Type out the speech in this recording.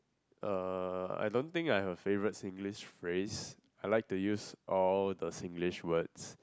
uh I don't think I have a favourite Singlish phrase I like to use all the Singlish words